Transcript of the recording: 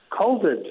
COVID